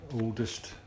oldest